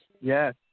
Yes